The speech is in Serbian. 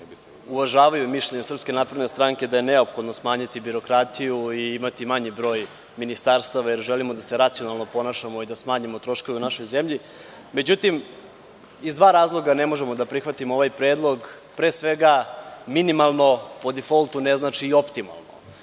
uvažavaju mišljenje SNS da je neophodno smanjiti birokratiju i imati manji broj ministarstava, jer želimo da se racionalno ponašamo i da smanjimo troškove u našoj zemlji.Međutim, iz dva razloga ne možemo da prihvatimo ovaj predlog, pre svega minimalno po difoltu ne znači ni optimalno.